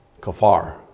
Kafar